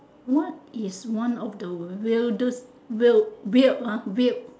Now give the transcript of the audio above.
what is one of the weirdest we~ weird weird ah weird